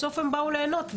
בסוף הם באו ליהנות,